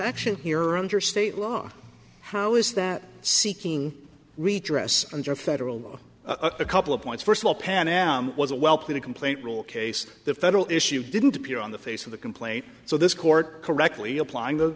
action here are under state law how is that seeking redress under federal law a couple of points first of all pan am was a well played a rule case the federal issue didn't appear on the face of the complaint so this court correctly applying th